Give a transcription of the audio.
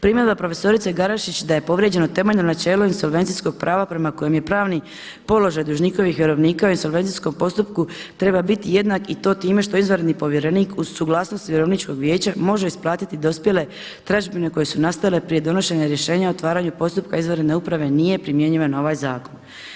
Primjedba profesorice Garešić da je povrijeđeno temeljno načelo insolvencijskog prava prema kojem je pravni položaj dužnikovih vjerovnika u insolvencijskom postupku treba biti jednak i to time što izvanredni povjerenik uz suglasnost vjerovničkog vijeća može isplatiti dospjele tražbine koje su nastale prije donošenje rješenja u otvaranju postupka izvanredne uprave nije primjenjivan ovaj zakon.